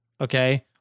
Okay